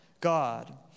God